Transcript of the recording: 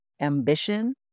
ambition